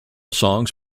songs